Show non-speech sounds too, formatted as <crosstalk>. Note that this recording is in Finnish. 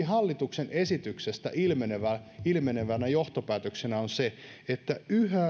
<unintelligible> hallituksen esityksestä ilmenevänä ilmenevänä johtopäätöksenä on se että yhä